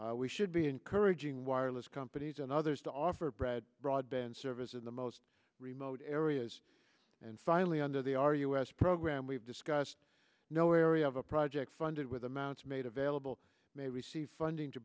delayed we should be encouraging wireless companies and others to offer brad broadband service in the most remote areas and finally under the our us program we've discussed no area of a project funded with amounts made available may receive funding to